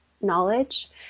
knowledge